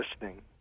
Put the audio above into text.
listening